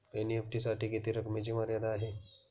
NEFT साठी किती रकमेची मर्यादा आहे?